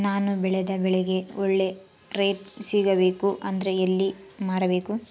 ನಾನು ಬೆಳೆದ ಬೆಳೆಗೆ ಒಳ್ಳೆ ರೇಟ್ ಸಿಗಬೇಕು ಅಂದ್ರೆ ಎಲ್ಲಿ ಮಾರಬೇಕು?